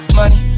money